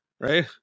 Right